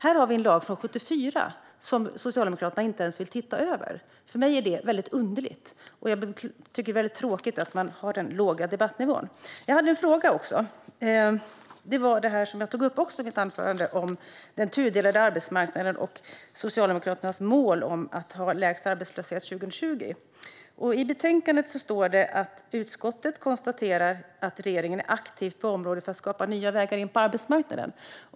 Här har vi en lag från 1974 som Socialdemokraterna inte ens vill se över. För mig är det väldigt underligt. Jag tycker att det är tråkigt med den låga debattnivån. Jag hade en fråga också. Jag tog i mitt anförande upp den tudelade arbetsmarknaden och Socialdemokraternas mål att ha lägst arbetslöshet 2020. I betänkandet står det att utskottet konstaterar att regeringen är aktiv på området för att skapa nya vägar in på arbetsmarknaden.